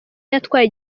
yatwaye